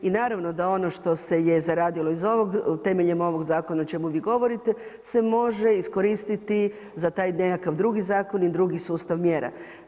I naravno da ono što se je zaradilo iz ovog, temeljem ovog zakona o čemu vi govorite se može iskoristiti za taj nekakav drugi zakon i drugi sustav mjera.